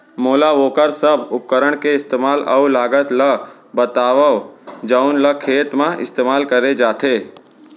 मोला वोकर सब उपकरण के इस्तेमाल अऊ लागत ल बतावव जउन ल खेत म इस्तेमाल करे जाथे?